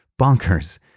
bonkers